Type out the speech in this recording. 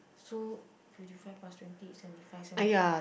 so fifty five plus twenty is seventy five seventy five